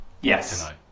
Yes